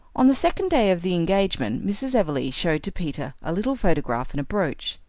on the second day of the engagement mrs. everleigh showed to peter a little photograph in a brooch.